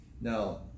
now